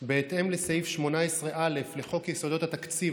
בהתאם לסעיף 18(א) לחוק יסודות התקציב,